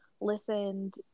listened